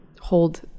hold